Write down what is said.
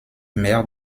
maire